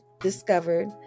discovered